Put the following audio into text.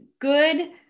Good